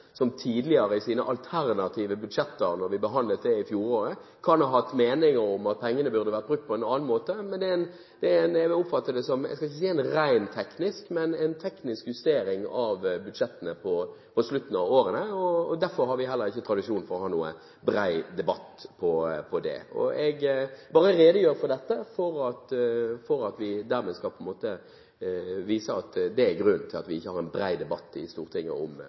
som har sluttet seg til dette. Det betyr ikke at det ikke ligger føringer fra de forskjellige partiene, at de tidligere, i sine alternative budsjetter, da vi behandlet dem i fjor, kan ha hatt meninger om at pengene burde vært brukt på en annen måte, men jeg oppfatter det som, jeg skal ikke si en rent teknisk, men en teknisk justering av budsjettene på slutten av året. Derfor har vi heller ikke tradisjon for å ha noen bred debatt om det. Jeg bare redegjør for dette for å vise grunnen til at vi ikke har en bred debatt i Stortinget om